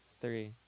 Three